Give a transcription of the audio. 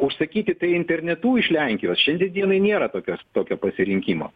užsakyti tai internetu iš lenkijos šiandien dienai nėra tokios tokio pasirinkimo